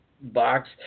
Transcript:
box